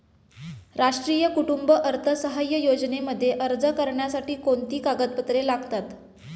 राष्ट्रीय कुटुंब अर्थसहाय्य योजनेमध्ये अर्ज करण्यासाठी कोणती कागदपत्रे लागतात?